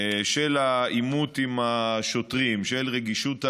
של העימות עם השוטרים, של רגישות האירוע,